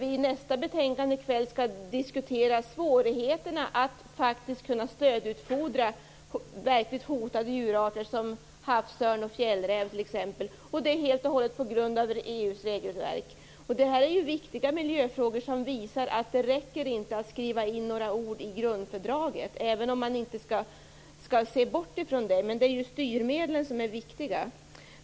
I nästa betänkande i kväll skall vi diskutera svårigheterna att kunna stödutfodra verkligt hotade djurarter, som havsörn och fjällräv t.ex. Detta beror helt och hållet på EU:s regelverk. Detta är viktiga miljöfrågor, som visar att det inte räcker att skriva in några ord i grundfördraget, även om man inte skall se bort från det. Men det är styrmedlen som är viktiga.